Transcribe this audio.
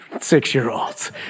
Six-year-olds